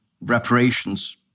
reparations